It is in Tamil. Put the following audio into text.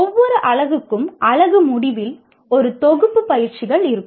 ஒவ்வொரு அலகுக்கும் அலகு முடிவில் ஒரு தொகுப்பு பயிற்சிகள் இருக்கும்